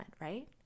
right